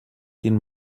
quin